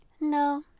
No